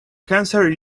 cancer